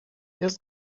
jest